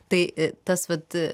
tai i tas vat